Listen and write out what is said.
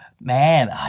Man